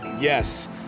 yes